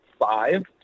five